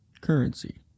currency